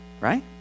right